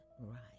right